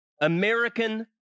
American